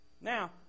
Now